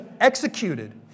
executed